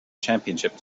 championship